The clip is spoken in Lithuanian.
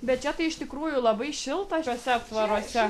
bet čia tai iš tikrųjų labai šilta šiuose aptvaruose